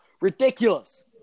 Ridiculous